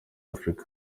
afurika